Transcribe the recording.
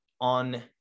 on